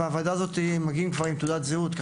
ואליה הם כבר מגיעים עם תעודת זהות.